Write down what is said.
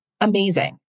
Amazing